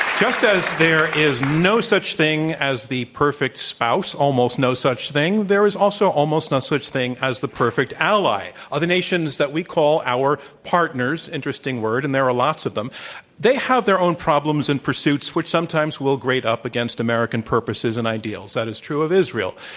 just as there is no such thing as the perfect spouse, almost no such thing, there is almost no such thing as the perfect ally. other nations that we call our partners interesting word, and there are lots of them they have their own problems and pursuits which sometimes grate up against american purposes and ideals. that is true of israel,